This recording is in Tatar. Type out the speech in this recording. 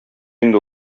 инде